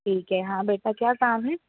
ठीक है हाँ बेटा क्या काम है